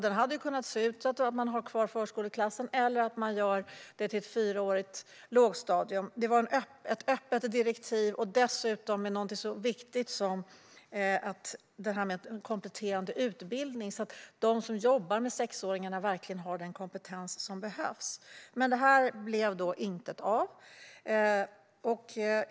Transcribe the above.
Man hade kunnat ha kvar förskoleklassen, eller man hade kunnat göra om det till ett fyraårigt lågstadium. Det var ett öppet direktiv. Dessutom fanns det med någonting viktigt, nämligen en kompletterande utbildning, så att de som jobbar med sexåringar verkligen har den kompetens som behövs. Av detta blev intet.